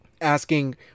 asking